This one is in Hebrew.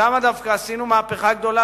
שם דווקא עשינו מהפכה גדולה,